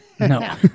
No